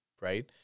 right